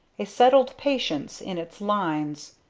a settled patience in its lines.